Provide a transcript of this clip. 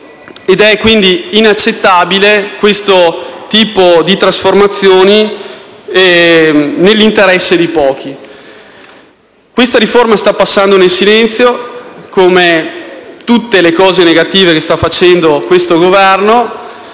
ed è quindi inaccettabile questo tipo di trasformazioni nell'interesse di pochi. Questa riforma sta passando nel silenzio, come tutte le cose negative che sta facendo l'attuale Governo